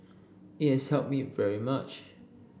it has helped me very much